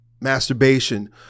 masturbation